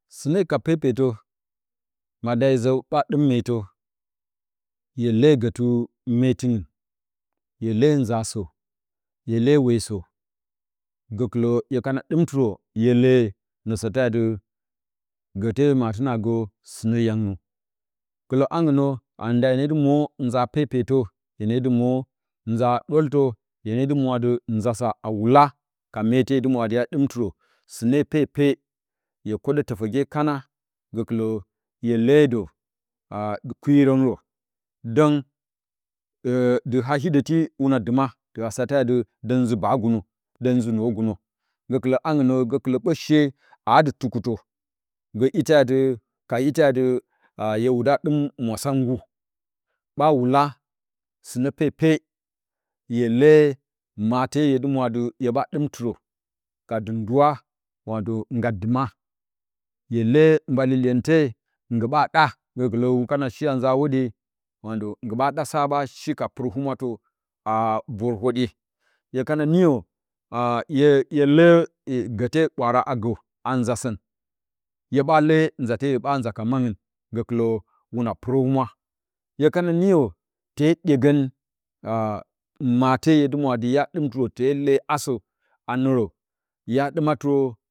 Sɨne ka pepe to, na nda hye zə ɓa ɗɨm meetaə, hye lee gatɨ meetɨngɨn, hye lee nzasə, hye lee wesə, gəkɨlə, hye kana ɗɨm tɨrə, hye le anə sate ati gəte matɨ nə a gə sɨ nə yang nə gələ hangɨn nə, na nda hye ne dɨ mwo nza pepetə nza ɗwoltə, hye ne dɨ mwa ati nzasa a wula ka meete hye dɨ mwa ati hya ɗɨm tɨrə, sɨne pepe hye kwoɗə təfəgye kana gəkɨlə, hye le də a kwirərə dəng əə, dɨ haa hidəti dwuna dohashidu dɨma wa sate adɨ dəng zɨ kaagu nə dəng zɨ nuwogu nə, gəkɨlə hangɨn nə gəkɨlə ɓə she aa dɨ tukutə, gə ite adɨ ka ite adɨ a hye wudə a ɗɨm mwasang gu, ɓa wula sɨnə pepe, hye le mate hye dɨ mwa adɨ hye bə ɗɨm tɨrə a dɨ ndɨwa ka ngga dɨma, hye le mbale iyente nggi ɓa ɗa, gəkɨlə hwun kana shi a nza hwodye nggi ɓa, ɗasa ɓa shi ka pɨr humwatə, a vor rhwoɗye, hye kana niyo, a hye le gəte ɓwaara a gəa nza sən, hye ɓa le nzate hye ɓa, nza ka manə, gəkɨlə hwuna pɨrə humwa, hye kana niyo, te ɗyegə, a mate hye dɨ mwa ati hya dɨm tɨrə, te le asə a nərəə, hya ɗɨma tɨrə.